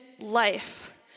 life